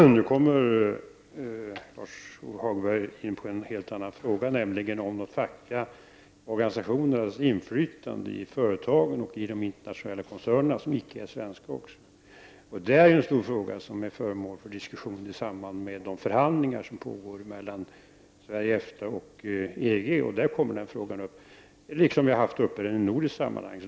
Fru talman! Nu kommer Lars-Ove Hagberg in på en helt annan fråga, nämligen om de fackliga organisationernas inflytande i företagen och i de internationella koncernerna som icke är svenska. Det är en stor fråga som är föremål för diskussion i samband med de förhandlingar som pågår mellan Sverige, EFTA och EG, liksom den har varit upp till diskussion i nordiska sammanhang.